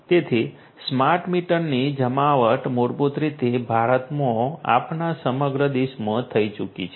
તેથી સ્માર્ટ મીટરની જમાવટ મૂળભૂત રીતે ભારતમાં આપણા સમગ્ર દેશમાં થઈ ચૂકી છે